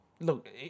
look